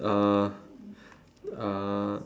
uh uh